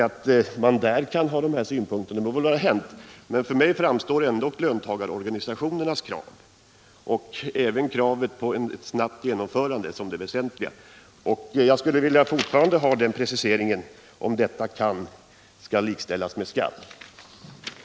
Att man där kan ha de här synpunkterna må vara hänt, men för mig framstår ändock löntagarorganisationernas krav, och även kravet på ett snabbt genomförande, såsom det väsentliga. Jag skulle fortfarande vilja veta om ordet ”kan” här bör likställas med ordet ”skall”.